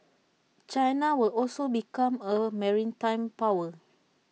China will also become A maritime power